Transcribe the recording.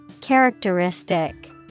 Characteristic